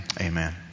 amen